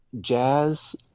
Jazz